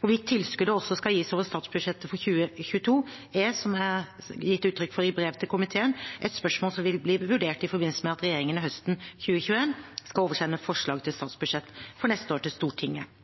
Hvorvidt tilskuddet også skal gis over statsbudsjettet for 2022, er – som jeg har gitt uttrykk for i brev til komiteen – et spørsmål som vil bli vurdert i forbindelse med at regjeringen høsten 2021 skal oversende forslag til statsbudsjett for neste år til Stortinget.